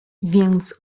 więc